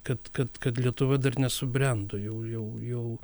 kad kad kad lietuva dar nesubrendo jau jau jau